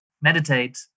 meditate